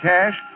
Cash